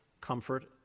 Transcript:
comfort